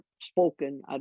spoken